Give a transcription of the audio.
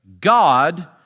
God